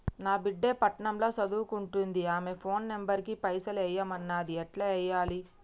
నా బిడ్డే పట్నం ల సదువుకుంటుంది ఆమె ఫోన్ నంబర్ కి పైసల్ ఎయ్యమన్నది ఎట్ల ఎయ్యాలి?